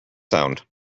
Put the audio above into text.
sound